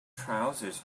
trousers